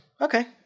okay